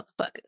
motherfuckers